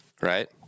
right